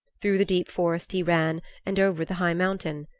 through the deep forest he ran and over the high mountain,